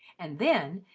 and then,